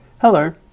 Hello